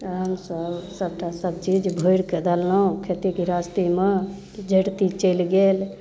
हमसब सबटा सबचीज भरिकऽ देलहुँ खेती गृहस्थीमे जरती चलि गेल